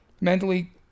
mentally